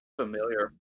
Familiar